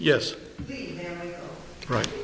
yes right